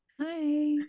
Hi